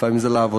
לפעמים זה לעבודה,